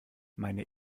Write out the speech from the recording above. meine